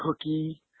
cookie